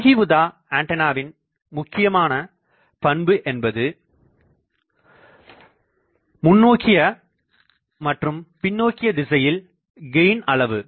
யாகி Uda ஆண்டனாவின் முக்கியமான பண்பு என்பது முன்னோக்கிய மற்றும் பின்னோக்கிய திசையில் கெயின் அளவு